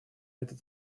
этот